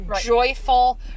joyful